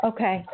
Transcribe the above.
Okay